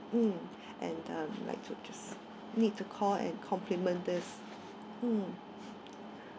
mm and uh I like to need to call and compliment this mm